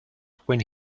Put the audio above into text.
when